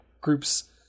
groups